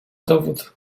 dowód